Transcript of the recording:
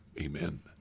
Amen